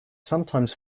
sometimes